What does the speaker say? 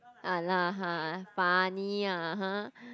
ah lah !huh! funny ah !huh!